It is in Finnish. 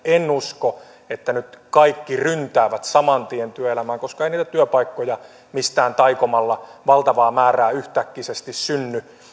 en usko että nyt kaikki ryntäävät saman tien työelämään koska ei niitä työpaikkoja mistään taikomalla valtavaa määrää yhtäkkisesti synny